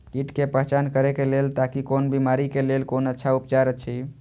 कीट के पहचान करे के लेल ताकि कोन बिमारी के लेल कोन अच्छा उपचार अछि?